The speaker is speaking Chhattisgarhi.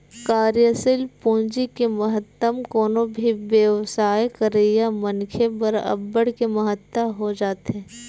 कार्यसील पूंजी के महत्तम कोनो भी बेवसाय करइया मनखे बर अब्बड़ के महत्ता हो जाथे